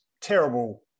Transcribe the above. Terrible